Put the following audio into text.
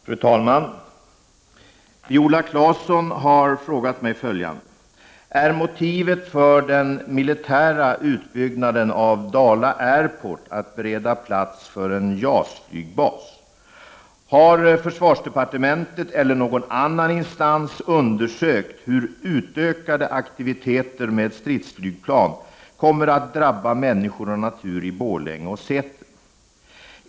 Fru talman! Viola Claesson har frågat mig följande: Är motivet för den militära utbyggnaden av Dala Airport att bereda plats för en JAS-flygbas? Har försvarsdepartementet eller någon annan instans undersökt hur utökade aktiviteter med stridsflygplan kommer att drabba människor och natur i Borlänge och Säter?